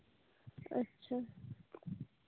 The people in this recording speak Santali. ᱟᱪᱪᱷᱟ